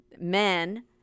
men